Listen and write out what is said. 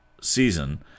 season